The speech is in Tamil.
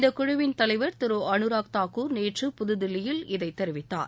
இந்தக்குழுவிள் தலைவர் திரு அனுராக் தாக்கூர் நேற்று புதுதில்லியில் இதைத் தெரிவித்தார்